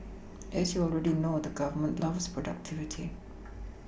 as you already know the Government loves productivity